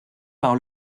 par